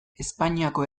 espainiako